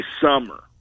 summer